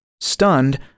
Stunned